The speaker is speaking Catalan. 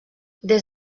des